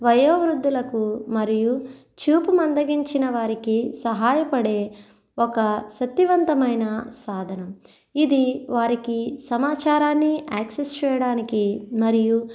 ప్రయోవృద్ధులకు మరియు చూపు మందగించిన వారికి సహాయపడే ఒక శక్తివంతమైన సాధనం ఇది వారికి సమాచారాన్ని యాక్సిస్ చేయడానికి మరియు